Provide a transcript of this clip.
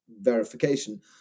verification